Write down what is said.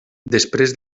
després